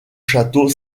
château